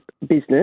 business